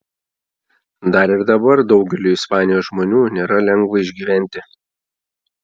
dar ir dabar daugeliui ispanijos žmonių nėra lengva išgyventi